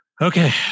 Okay